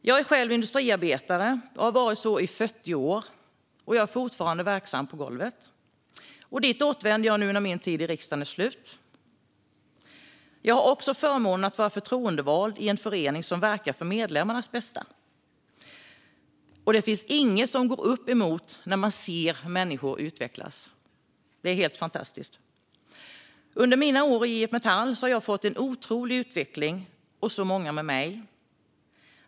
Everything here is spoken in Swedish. Jag är själv industriarbetare och har så varit i 40 år, och jag är fortfarande verksam på golvet. Dit återvänder jag nu när min tid i riksdagen är slut. Jag har också förmånen att vara förtroendevald i en förening som verkar för medlemmarnas bästa. Det finns inget som går upp emot att se människor utvecklas. Det är helt fantastiskt. Under mina år i IF Metall har jag - och många med mig - fått en otrolig utveckling.